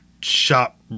shop